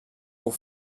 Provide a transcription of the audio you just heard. pour